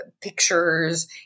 pictures